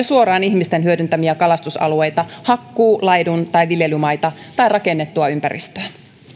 suoraan ihmisten hyödyntämiä kalastusalueita hakkuu laidun tai viljelymaita tai rakennettua ympäristöä